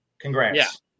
Congrats